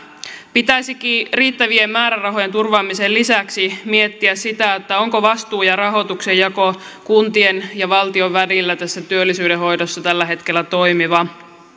pitäisikin riittävien määrärahojen turvaamisen lisäksi miettiä sitä onko vastuun ja rahoituksen jako kuntien ja valtion välillä tässä työllisyyden hoidossa tällä hetkellä toimiva